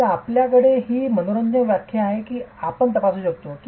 आमच्याकडे ही मनोरंजक संख्या आहेत जी आम्ही तपासू शकतो